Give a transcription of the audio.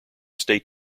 state